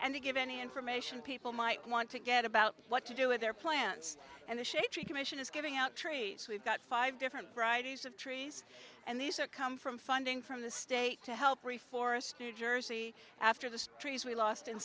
and to give any information people might want to get about what to do with their plants and a shady tree commission is giving out tree we've got five different varieties of trees and these are come from funding from the state to help reforest new jersey after the trees we lost in